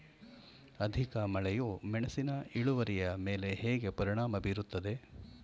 ಅಧಿಕ ಮಳೆಯು ಮೆಣಸಿನ ಇಳುವರಿಯ ಮೇಲೆ ಹೇಗೆ ಪರಿಣಾಮ ಬೀರುತ್ತದೆ?